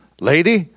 Lady